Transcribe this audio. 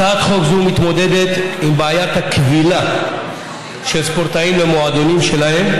הצעת חוק זו מתמודדת עם בעיית הכבילה של ספורטאים למועדונים שלהם,